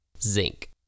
Zinc